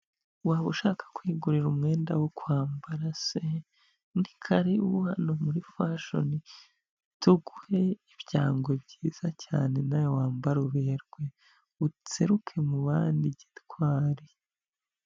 Waba ushaka kwigurira umwenda wo kwambara se, ni karibu hano muri fashoni tuguhe ibyangwe byiza cyane nawe wambare uberwe, useruke mu bandi gitwari.